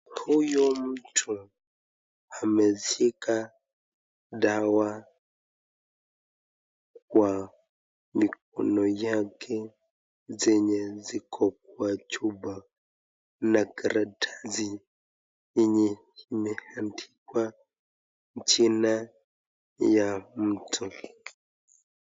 Huyu mtu ameshika dawa kwa mikono yake, zenye ziko kwa chupa na karatasi yenye imeandikwa jina ya mtu.